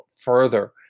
further